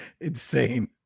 Insane